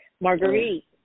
Marguerite